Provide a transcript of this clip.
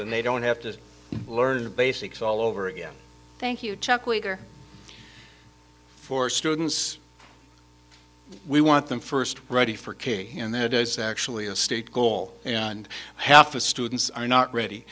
and they don't have to learn the basics all over again thank you chuck leader for students we want them first ready for kids and that is actually a state goal and half the students are not ready